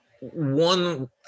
one